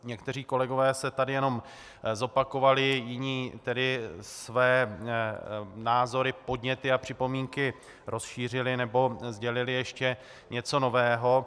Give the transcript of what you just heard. Někteří kolegové se tady jenom zopakovali, jiní své názory, podněty a připomínky rozšířili nebo sdělili ještě něco nového.